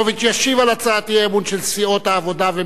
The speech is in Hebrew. ישיב על הצעת האי-אמון של סיעות העבודה ומרצ